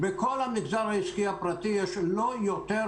להעביר מכיסם כספים של מס ערך מוסף שהם לא גבו אותם.